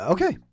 Okay